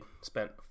spent